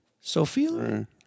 Sophia